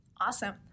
Awesome